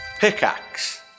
Pickaxe